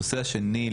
ההיבט השני,